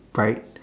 bright